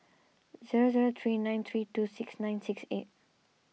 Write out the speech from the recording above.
zero zero three nine three two six nine six eight